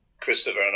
Christopher